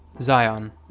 Zion